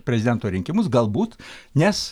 prezidento rinkimus galbūt nes